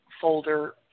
folder